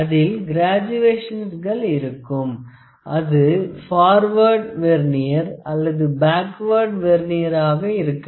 அதில் கிராஜுவேஷன்ஸ்கல் இருக்கும் அது பார்வார்ட் வெர்னியர் அல்லது பேக்வார்ட் வெர்னியர் ஆக இருக்கும்